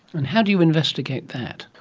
and how do you investigate that?